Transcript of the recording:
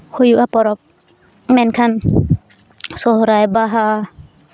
ᱦᱩᱭᱩᱜᱼᱟ ᱯᱚᱨᱚᱵᱽ ᱢᱮᱱᱠᱷᱟᱱ ᱥᱚᱨᱦᱟᱭ ᱵᱟᱦᱟ